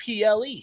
PLE